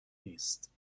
نیست